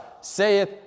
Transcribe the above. saith